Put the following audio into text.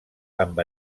amb